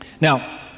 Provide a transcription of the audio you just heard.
Now